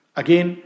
again